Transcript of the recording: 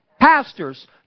pastors